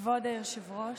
כבוד היושב-ראש,